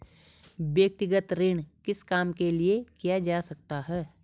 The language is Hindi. व्यक्तिगत ऋण किस काम के लिए किया जा सकता है?